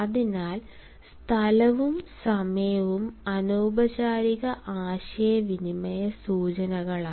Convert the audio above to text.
അതിനാൽ സ്ഥലവും സമയവും അനൌപചാരിക ആശയവിനിമയസൂചകങ്ങളാണ്